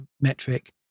metric